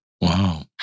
Wow